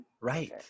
Right